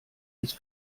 ist